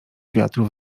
wiatru